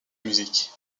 musique